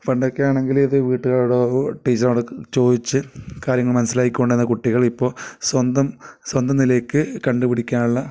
പണ്ടൊക്കെ ആണെങ്കിൽ ഇത് വീട്ടുകാരോടോ ടീച്ചറോടൊക്കെ ചോദിച്ച് കാര്യങ്ങൾ മനസ്സിലാക്കിക്കൊണ്ടു തന്നെ കുട്ടികൾ ഇപ്പോൾ സ്വന്തം സ്വന്തം നിലയ്ക്ക് കണ്ടു പിടിക്കാനുള്ള